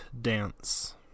Dance